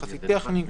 יחסית טכניים,